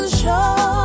show